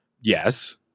Yes